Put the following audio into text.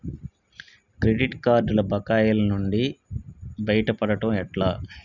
Credit కార్డుల బకాయిల నుండి బయటపడటం ఎట్లా?